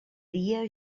dia